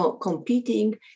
competing